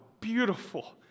beautiful